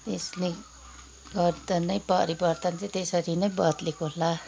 यसले गर्दा नै परिवर्तन चाहिँ त्यसरी नै बद्लेको होला